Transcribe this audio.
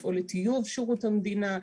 לפעול לטיוב שירות המדינה,